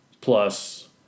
plus